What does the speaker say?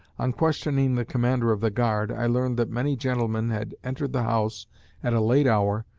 on questioning the commander of the guard, i learned that many gentlemen had entered the house at a late hour,